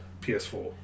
PS4